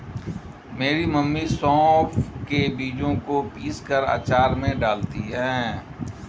मेरी मम्मी सौंफ के बीजों को पीसकर अचार में डालती हैं